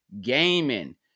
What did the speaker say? gaming